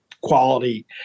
quality